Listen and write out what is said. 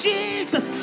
Jesus